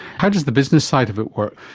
how does the business side of it work?